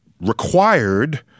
required